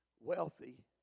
wealthy